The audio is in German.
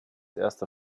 erster